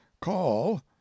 call